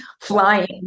flying